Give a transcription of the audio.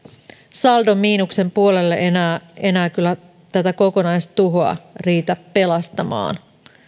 saldon miinuksen puolelle enää enää kyllä tätä kokonaistuhoa riitä pelastamaan